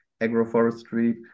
agroforestry